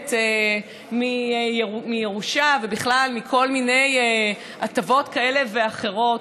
מנושלת מירושה ובכלל מכל מיני הטבות כאלה ואחרות,